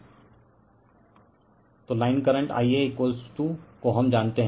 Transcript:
refer slide time 1643 तो line current Ia को हम जानते हैं